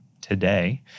today